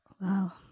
Wow